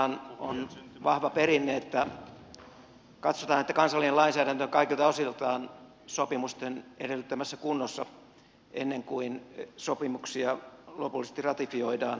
suomessahan on vahva perinne että katsotaan että kansallinen lainsäädäntö on kaikilta osiltaan sopimusten edellyttämässä kunnossa ennen kuin sopimuksia lopullisesti ratifioidaan